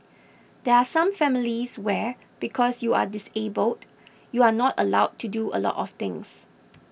there are some families where because you are disabled you are not allowed to do a lot of things